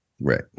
Right